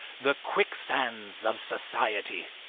the quicksands of society.